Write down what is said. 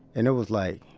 and it was like,